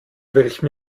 welchem